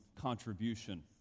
contribution